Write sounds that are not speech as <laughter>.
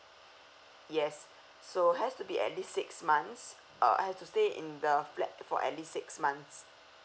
yes <breath> so has to be at least six months uh have to stay in the flat for at least six months